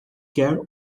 quer